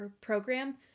program